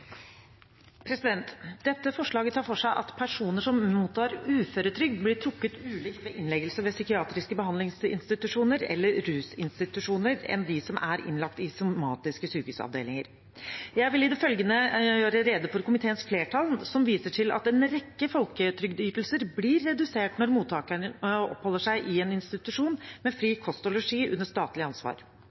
mottar uføretrygd, blir trukket ulikt ved innleggelse ved psykiatriske behandlingsinstitusjoner eller rusinstitusjoner sammenlignet med dem som er innlagt på somatiske sykehusavdelinger. Jeg vil i det følgende gjøre rede for komiteens flertall, som viser til at en rekke folketrygdytelser blir redusert når mottakeren oppholder seg i en institusjon med fri kost og losji under statlig ansvar.